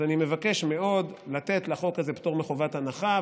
אז אני מבקש מאוד לתת לחוק הזה פטור מחובת הנחה,